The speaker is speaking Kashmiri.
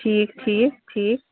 ٹھیٖک ٹھیٖک ٹھیٖک